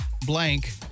blank